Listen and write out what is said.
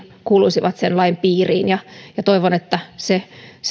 kuuluisivat sen lain piiriin toivon että se